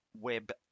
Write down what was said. web